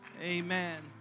Amen